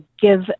give